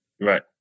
Right